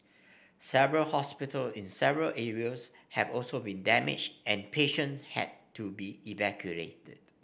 several hospital in several areas have also been damaged and patients had to be evacuated